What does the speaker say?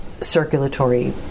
circulatory